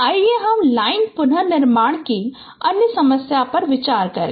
आइए हम लाइन पुनर्निर्माण की अन्य समस्या पर विचार करें